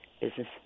business